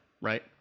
right